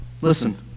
Listen